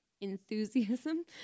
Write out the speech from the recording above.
Enthusiasm